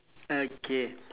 okay